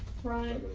try